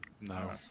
No